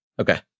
Okay